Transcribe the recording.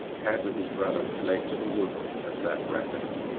had with his brother fled to the woods, and that rapidly.